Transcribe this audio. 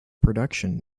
production